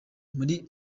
muri